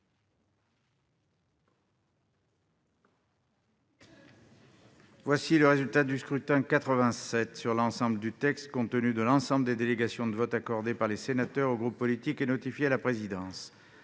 le résultat du scrutin. Voici, compte tenu de l'ensemble des délégations de vote accordées par les sénateurs aux groupes politiques et notifiées à la présidence,